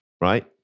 right